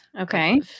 okay